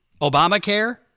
Obamacare